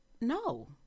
no